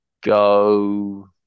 go